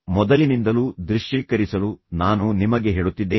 ಮೊದಲಿನಿಂದಲೂ ದೃಶ್ಯೀಕರಿಸಲು ನಾನು ನಿಮಗೆ ಹೇಳುತ್ತಿದ್ದೇನೆ